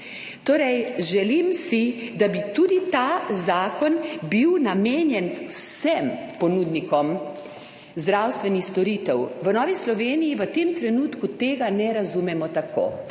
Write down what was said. Torej želim si, da bi tudi ta zakon bil namenjen vsem ponudnikom zdravstvenih storitev. V Novi Sloveniji v tem trenutku tega ne razumemo tako,